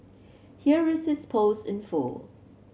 here is his post in full